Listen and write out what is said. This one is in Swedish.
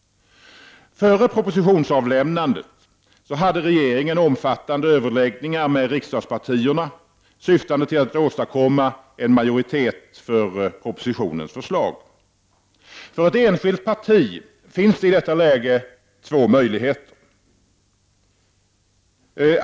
Före propositionsavlämnandet hade regeringen omfattande överläggningar med riksdagpartierna, syftande till att åstadkomma en majoritet för propositionens förslag. För ett enskilt parti finns i detta läge två möjligheter.